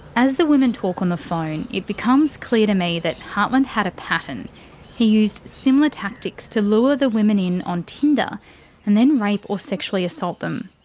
as the women talk on the phone, it becomes clear to me that hartland had a pattern he used similar tactics to lure the women in on tinder and then rape or sexually assault them.